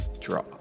Draw